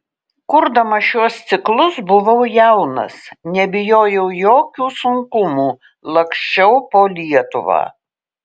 kurdamas šiuos ciklus buvau jaunas nebijojau jokių sunkumų laksčiau po lietuvą